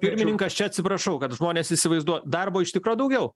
pirmininkas čia atsiprašau kad žmonės įsivaizduo darbo iš tikro daugiau